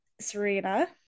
Serena